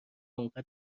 اونقدر